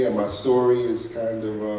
um ah story is kind of